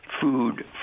food